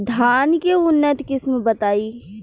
धान के उन्नत किस्म बताई?